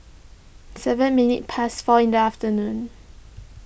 seven minutes past four in the afternoon